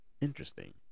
interesting